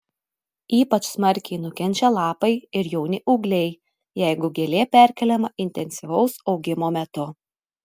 ypač smarkiai nukenčia lapai ir jauni ūgliai jeigu gėlė perkeliama intensyvaus augimo metu